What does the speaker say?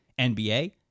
NBA